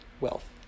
wealth